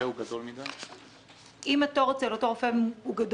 אם התור אצל רופא הוא ארוך מידי ובגלל זה הוא רוצה לעבור,